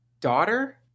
daughter